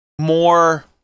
more